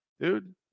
dude